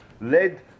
led